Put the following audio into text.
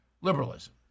liberalism